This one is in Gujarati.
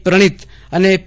પ્રણિત અને પી